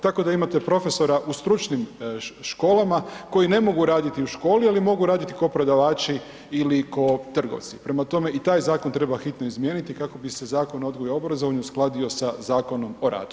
Tako da imate profesore u stručnim školama koji ne mogu raditi u školi ali mogu raditi kao prodavači ili kao trgovci, prema tome i taj zakon treba hitno izmijeniti kako bi se Zakon o odgoju i obrazovanju uskladio sa Zakonom o radu.